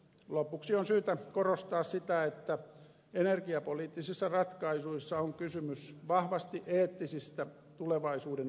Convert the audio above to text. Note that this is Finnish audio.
lopuksi on syytä korostaa sitä että energiapoliittisissa ratkaisuissa on kysymys vahvasti eettisistä tulevaisuuden valinnoista